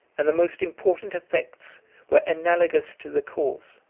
and the most important effects were analogous to the cause.